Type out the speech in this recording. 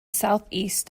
southeast